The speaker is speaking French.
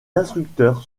instructeurs